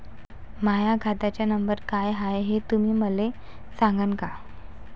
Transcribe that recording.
माह्या खात्याचा नंबर काय हाय हे तुम्ही मले सागांन का?